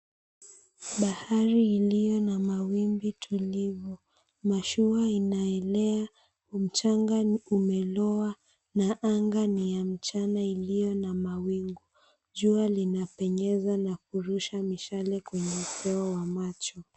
Bahari iliyo na mawimbi tulivu mashua imeelea, mchanga umeloa na anga ni ya mchana iliyo na mawingu jua linapenyeza na kurusha mishale kwenye upeo wa macho.